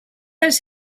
dels